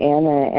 Anna